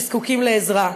שזקוקים לעזרה.